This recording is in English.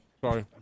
sorry